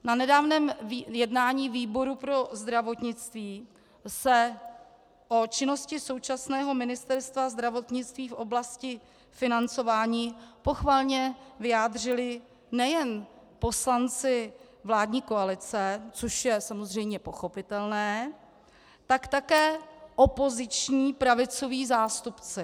Na nedávném jednání výboru pro zdravotnictví se o činnosti současného Ministerstva zdravotnictví v oblasti financování pochvalně vyjádřili nejen poslanci vládní koalice, což je samozřejmě pochopitelné, tak také opoziční pravicoví zástupci.